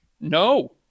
No